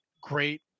great